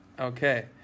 Okay